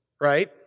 right